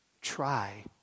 try